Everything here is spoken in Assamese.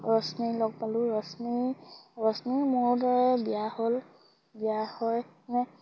ৰশ্মীক লগ পালোঁ ৰশ্মী ৰশ্মী মোৰ দৰে বিয়া হ'ল বিয়া হৈ মানে